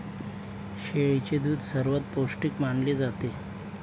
शेळीचे दूध सर्वात पौष्टिक मानले जाते